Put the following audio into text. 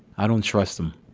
i don't trust them.